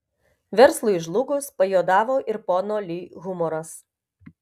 verslui žlugus pajuodavo ir pono li humoras